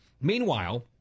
Meanwhile